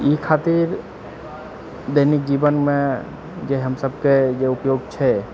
ई खातिर दैनिक जीवनमे जे हमसबके जे उपयोग छै